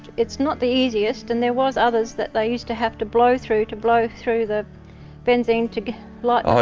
it's not the easiest and there was others that they use to have to blow through, to blow through the benzene to light